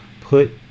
put